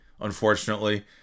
unfortunately